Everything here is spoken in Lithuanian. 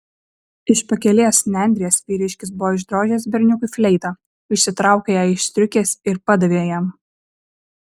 iš pakelės nendrės vyriškis buvo išdrožęs berniukui fleitą išsitraukė ją iš striukės ir padavė jam